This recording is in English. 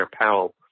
Powell